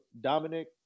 Dominic